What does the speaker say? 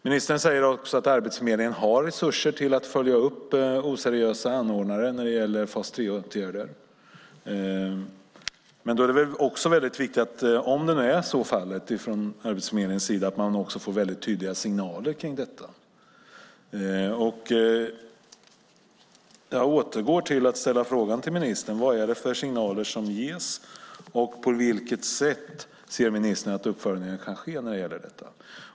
Ministern säger att Arbetsförmedlingen har resurser för att följa upp för att finna oseriösa anordnare när det gäller fas 3-åtgärder. Då är det viktigt att Arbetsförmedlingen får tydliga signaler kring detta. Jag ställer åter frågan: Vad är de för signaler som ges, och på vilket sätt ser ministern att uppföljningen kan ske?